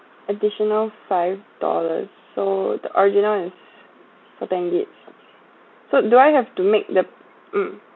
additional five dollars so the original is for ten gig~ so do I have to make the mmhmm